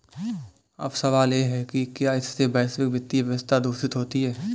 अब सवाल यह है कि क्या इससे वैश्विक वित्तीय व्यवस्था दूषित होती है